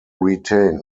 retained